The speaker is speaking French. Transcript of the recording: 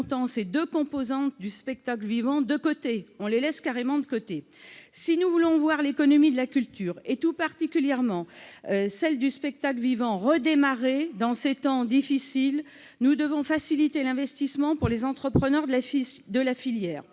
ces deux composantes du spectacle vivant de côté. Si nous voulons voir l'économie de la culture, tout particulièrement celle du spectacle vivant, redémarrer en ces temps difficiles, nous devons faciliter l'investissement pour les entrepreneurs de la filière.